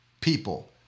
people